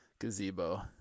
gazebo